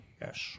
Yes